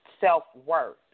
self-worth